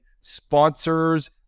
sponsors